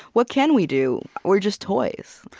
what can we do? we're just toys.